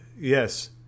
Yes